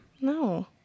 No